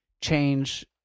change